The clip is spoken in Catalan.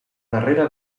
darrere